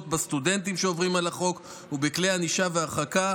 בסטודנטים שעוברים על החוק ובכלי ענישה והרחקה,